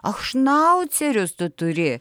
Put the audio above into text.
och šnaucerius tu turi